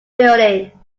building